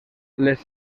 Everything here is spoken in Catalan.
les